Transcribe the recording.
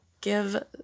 give